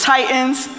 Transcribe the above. Titans